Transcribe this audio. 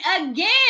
again